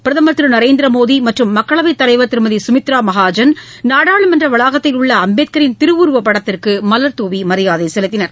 பிரதமர் திரு நரேந்திர மோடி மற்றும் மக்களவைத் தலைவர் திருமதி சுமித்ரா மகாஜன் நாடாளுமன்ற வளாகத்தில் உள்ள அம்பேத்கரின் திருவுருவப் படத்திற்கு மலர் தூவி மரியாதை செலுத்தினர்